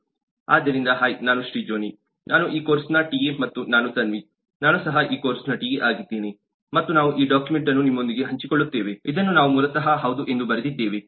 ಆದ್ದರಿಂದ ಹಾಯ್ ನಾನು ಶ್ರೀಜೋನಿ ನಾನು ಈ ಕೋರ್ಸ್ನ ಟಿಎ ಮತ್ತು ನಾನು ತನ್ವಿ ನಾನು ಸಹ ಈ ಕೋರ್ಸ್ನ ಟಿಎ ಆಗಿದ್ದೇನೆ ಮತ್ತು ನಾವು ಈ ಡಾಕ್ಯುಮೆಂಟ್ ಅನ್ನು ನಿಮ್ಮೊಂದಿಗೆ ಹಂಚಿಕೊಳ್ಳುತ್ತೇವೆ ಇದನ್ನು ನಾವು ಮೂಲತಃ ಹೌದು ಎಂದು ಬರೆದಿದ್ದೇವೆ